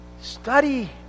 study